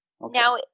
Now